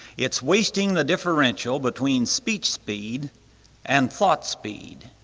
it's wasting the differential between speech speed and thought speed.